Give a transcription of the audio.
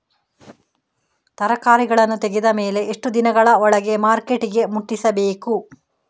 ತರಕಾರಿಗಳನ್ನು ತೆಗೆದ ಮೇಲೆ ಎಷ್ಟು ದಿನಗಳ ಒಳಗೆ ಮಾರ್ಕೆಟಿಗೆ ಮುಟ್ಟಿಸಬೇಕು?